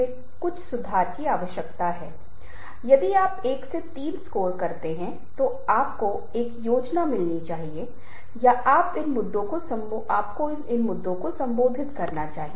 क्योंकि यदि आप ऐसा करते हैं तो आप यह जानने की स्थिति में होंगे कि कैसे सहजता से विभिन्न स्थितियों में प्रतिक्रिया दें